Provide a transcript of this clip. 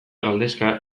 galdezka